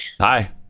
Hi